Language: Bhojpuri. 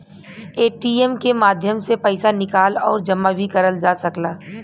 ए.टी.एम के माध्यम से पइसा निकाल आउर जमा भी करल जा सकला